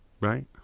right